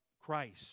Christ